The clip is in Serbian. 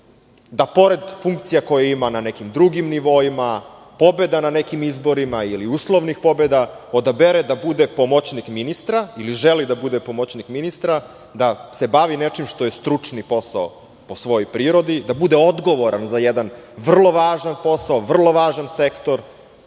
da pored funkcija koje ima na nekim drugim nivoima, pobeda na nekim izborima ili uslovnih pobeda, odabere da bude pomoćnik ministra ili želi da bude pomoćnik ministra, da se bavi nečim što je stručni posao po svojoj prirodi i da bude odgovoran za jedan vrlo važan posao, vrlo važan sektor.